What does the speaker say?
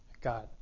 God